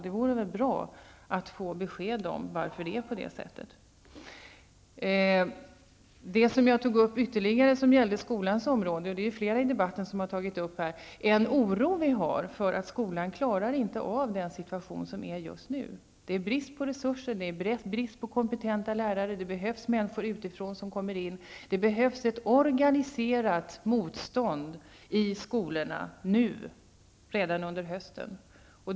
Det vore bra att få besked om varför det är så. Jag har också tagit upp frågor som rör skolans område. Det är fler i debatten som har tagit upp frågan om den oro vi alla har för att skolan inte klarar den situation som råder just nu. Det råder brist på resurser och kompetenta lärare. Det behövs människor utifrån som kommer in i verksamheten. Det behövs ett organiserat motstånd i skolorna nu, redan under hösten.